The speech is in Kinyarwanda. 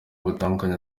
batandukanye